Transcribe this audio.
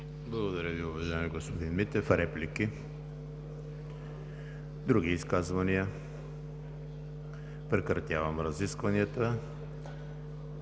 Благодаря Ви, уважаеми господин Митев. Реплики? Няма. Други изказвания? Няма. Прекратявам разискванията.